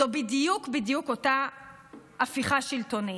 זו בדיוק בדיוק אותה הפיכה שלטונית.